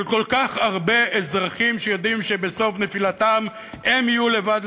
של כל כך הרבה אזרחים שיודעים שבסוף נפילתם הם יהיו לבד,